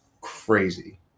crazy